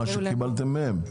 מה שקיבלתם מהם.